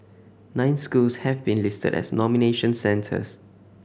nine schools have been listed as nomination centres